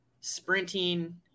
sprinting